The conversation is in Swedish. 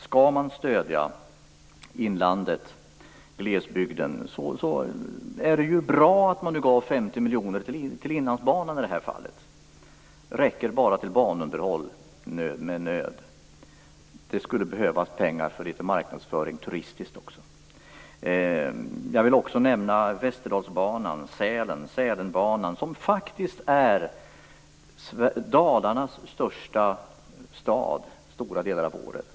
Om man vill stödja inlandet och glesbygden var det bra att man gav 50 miljoner till Inlandsbanan, men det räcker bara till banunderhåll. Det skulle också behövas pengar för turistisk marknadsföring. Jag vill också nämna Västerdalsbanan och Sälenbanan. Sälen är faktiskt Dalarnas största stad stora delar av året.